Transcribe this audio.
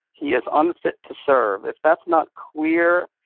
he is unfit to serve. if that's not clear,